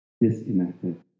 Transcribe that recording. Disconnected